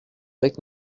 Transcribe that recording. avec